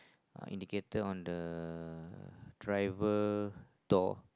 a indicator on the driver door